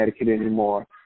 anymore